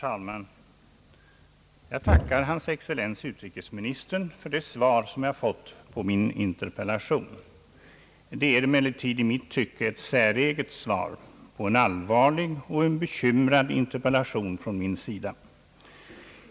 Herr talman! Jag tackar hans excellens utrikesministern för det svar som jag fått på min interpellation. Det är emellertid i mitt tycke ett säreget svar på en allvarlig och bekymrad interpellation från min sida.